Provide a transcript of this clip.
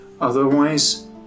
Otherwise